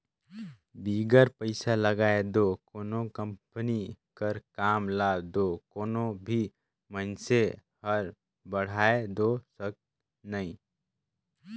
बिगर पइसा लगाए दो कोनो कंपनी कर काम ल दो कोनो भी मइनसे हर बढ़ाए दो सके नई